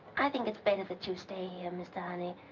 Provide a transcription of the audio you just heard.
i think it's better that you stay here, mr. honey.